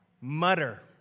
Mutter